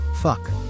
Fuck